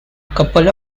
couple